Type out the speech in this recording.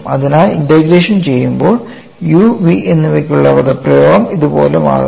അതിനാൽ ഇൻറഗ്രേഷൻ ചെയ്യുമ്പോൾ u v എന്നിവയ്ക്കുള്ള പദപ്രയോഗം ഇതുപോലെ മാറുന്നു